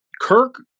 Kirk